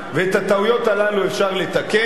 ואת הטעויות הללו אפשר לתקן,